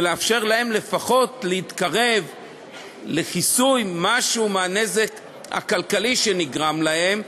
לאפשר להם לפחות להתקרב לכיסוי משהו מהנזק הכלכלי שנגרם להם.